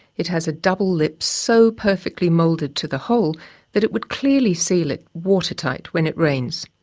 it has a double lip so perfectly moulded to the hole that it would clearly seal it watertight when it rains.